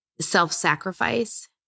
self-sacrifice